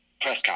press